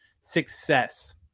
success